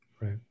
Right